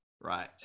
right